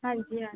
हाँजी हाँ